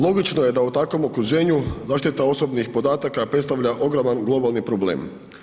Logično je da u takvom okruženju zaštita osobnih podataka predstavlja ogromni globalni problem.